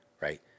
right